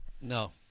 No